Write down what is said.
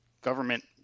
government